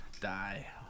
die